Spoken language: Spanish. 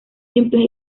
simples